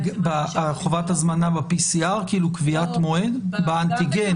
כלומר, בן אדם שנדגם